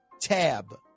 Tab